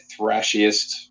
thrashiest